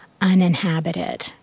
uninhabited